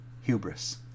hubris